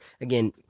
again